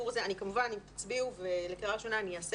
כמובן אם תצביעו לקריאה ראשונה אני אעשה